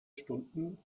stunden